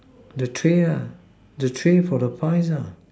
the tray ah the tray for the price ah